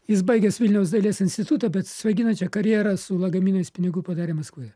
jis baigęs vilniaus dailės institutą bet svaiginančią karjerą su lagaminais pinigų padarė maskvoje